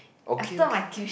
okay okay